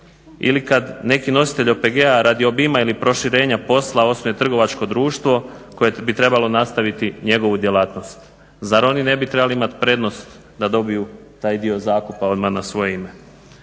ili kad neki nositelj OPG-a radi obima ili proširenja posla osnuje trgovačko društvo koje bi trebalo nastaviti njegovu djelatnost. Zar oni ne bi trebali imati prednost da dobiju taj dio zakupa odmah na svoje ime.